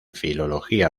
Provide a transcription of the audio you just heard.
filología